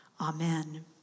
Amen